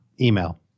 Email